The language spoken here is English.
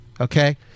Okay